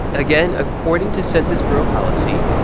again, according to census bureau policy,